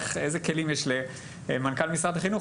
איזה כלים יש למנכ"ל משרד החינוך,